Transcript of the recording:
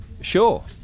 Sure